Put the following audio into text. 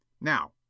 Now